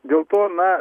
dėl to na